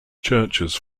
churches